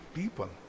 people